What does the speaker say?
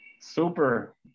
super